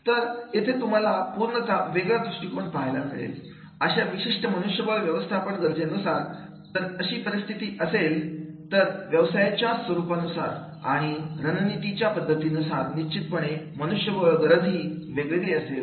तर येथे तुम्हाला पूर्णतः वेगळा दृष्टिकोन पाहायला मिळेल अशा विशिष्ट मनुष्यबळ व्यवस्थापन गरजेनुसार जर अशी परिस्थिती असेल तर व्यवसायाच्या स्वरूपानुसार आणि रणनीतीच्या पद्धतीनुसार निश्चितपणे मनुष्यबळ गरजही वेगळी वेगळी असेल